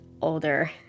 older